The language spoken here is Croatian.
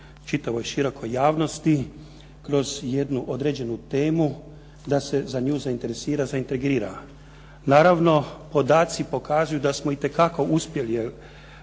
čitavoj širokoj javnosti. Kroz jednu određenu temu da se za nju zainteresira, zaintegrira. Naravno, podaci pokazuju da smo itekako uspjeli jer